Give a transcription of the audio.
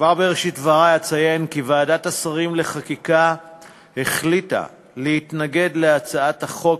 כבר בראשית דברי אציין כי ועדת השרים לחקיקה החליטה להתנגד להצעת החוק,